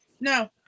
No